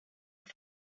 with